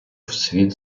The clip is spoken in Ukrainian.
світ